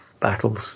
battles